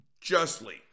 justly